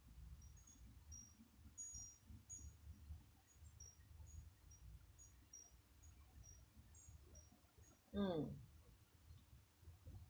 mm